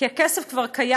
כי הכסף כבר קיים.